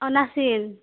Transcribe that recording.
নাছিল